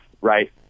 right